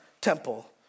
temple